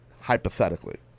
hypothetically